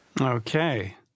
Okay